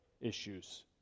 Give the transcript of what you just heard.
issues